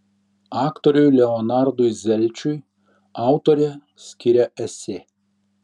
aktoriui leonardui zelčiui autorė skiria esė